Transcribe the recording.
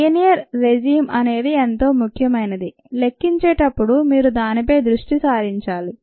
linear regime అనేది ఎంతో ముఖ్యమైనది లెక్కించేటప్పుడు మీరు దానిపై దృష్టి సారించాలి